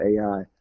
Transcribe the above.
AI